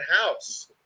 house